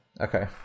Okay